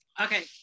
Okay